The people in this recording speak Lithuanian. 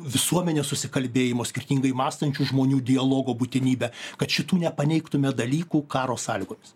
visuomenės susikalbėjimo skirtingai mąstančių žmonių dialogo būtinybę kad šitų nepaneigtume dalykų karo sąlygomis